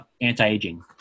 anti-aging